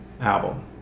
album